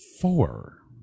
four